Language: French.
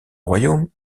royaume